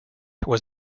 was